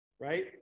right